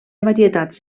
varietats